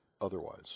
otherwise